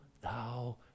thou